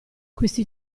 questi